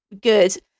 good